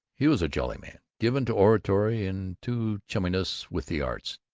he was a jolly man, given to oratory and to chumminess with the arts.